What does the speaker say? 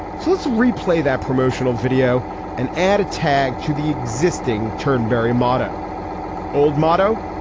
so let's replay that promotional video and add a tag to the existing turnberry motto old motto.